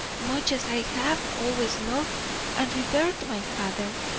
much as i have always loved and revered my father,